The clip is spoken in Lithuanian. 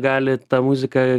gali tą muziką